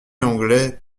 anglais